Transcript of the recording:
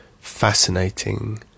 fascinating